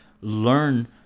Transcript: learn